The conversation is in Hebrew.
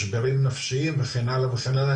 משברים נפשיים וכן הלאה וכן הלאה,